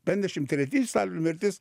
penkiasdešim treti stalino mirtis